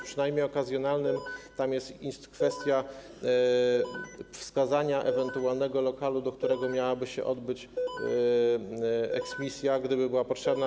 Przy najmie okazjonalnym jest też kwestia wskazania ewentualnego lokalu, do którego miałaby się odbyć eksmisja, gdyby była potrzebna.